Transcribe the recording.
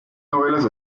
novelas